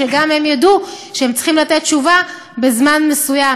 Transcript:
שגם הם ידעו שהם צריכים לתת תשובה בזמן מסוים,